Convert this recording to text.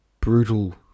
brutal